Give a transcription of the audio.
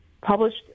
published